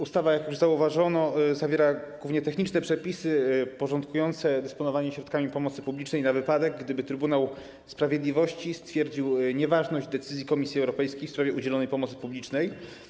Ustawa, jak już zauważono, zawiera głównie przepisy techniczne, porządkujące dysponowanie środkami pomocy publicznej na wypadek, gdyby Trybunał Sprawiedliwości stwierdził nieważność decyzji Komisji Europejskiej w sprawie udzielonej pomocy publicznej.